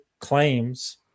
claims